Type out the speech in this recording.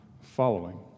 following